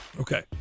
okay